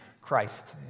Christ